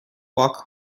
walk